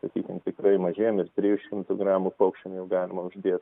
sakykim tikrai mažiem ir trijų šimtų gramų paukščiam jau galima uždėt